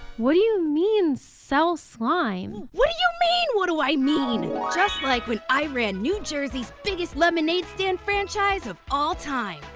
what do you mean, sell slime? what do you mean, what do i mean? just like when i ran new jersey's biggest lemonade stand franchise of all time,